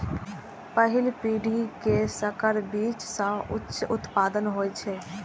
पहिल पीढ़ी के संकर बीज सं उच्च उत्पादन होइ छै